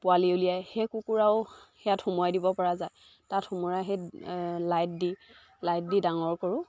পোৱালি উলিয়ায় সেই কুকুৰাও সেয়াত সোমোৱাই দিব পৰা যায় তাত সোমোৱাই সেই লাইট দি লাইট দি ডাঙৰ কৰোঁ